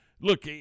Look